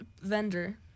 vendor